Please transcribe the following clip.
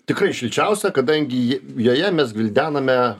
tikrai šilčiausia kadangi ji joje mes gvildename